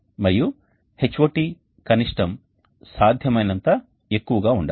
మరియు HOT కనిష్టం సాధ్యమైనంత ఎక్కువగా ఉండాలి